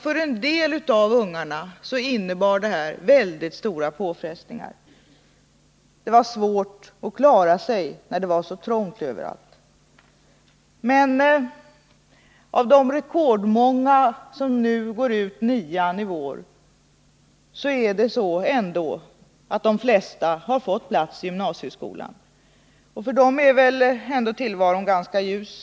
För en del av ungarna innebar detta naturligtvis väldigt stora påfrestningar — det var svårt att klara sig när det var så trångt överallt. Men av de rekordmånga som i vår går ut 9:an har ändå de flesta fått plats i gymnasieskolan. Och för dem är väl ändå tillvaron ganska ljus.